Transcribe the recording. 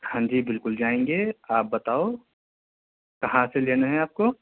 ہاں جی بالکل جائیں گے آپ بتاؤ کہاں سے لینا ہے آپ کو